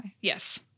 Yes